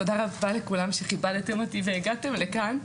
תודה רבה לכולם שכיבדתם אותי והגעתם לכאן.